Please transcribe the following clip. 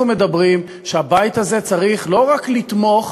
אנחנו אומרים שהבית הזה צריך לא רק לתמוך